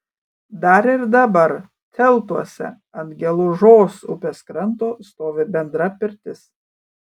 dar ir dabar tiltuose ant gelužos upės kranto stovi bendra pirtis